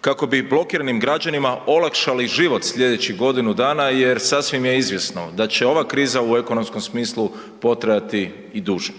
kako bi blokiranim građanima olakšali život slijedećih godinu dana jer sasvim je izvjesno da će ova kriza u ekonomskom smislu potrajati i duže.